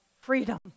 freedom